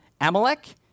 Amalek